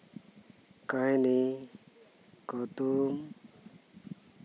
ᱠᱟᱹᱦᱱᱤ ᱠᱩᱫᱩᱢ